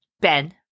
Ben